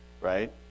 right